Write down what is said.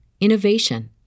innovation